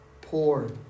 poor